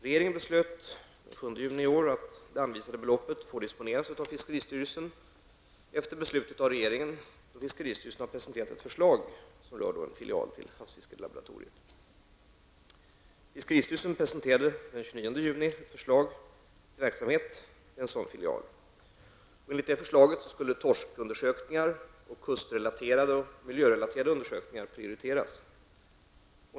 Regeringen beslutade den 7 juni i år att det anvisade beloppet får disponeras av fiskeristyrelsen efter beslut av regeringen då fiskeristyrelsen har presenterat ett förslag rörande en filial till havsfiskelaboratoriet. Fiskeristyrelsen presenterade den 29 juni ett förslag till verksamhet vid en sådan filial. Enligt förslaget skulle torskundersökningar samt kustrelaterade och miljörelaterade undersökningar prioriteras.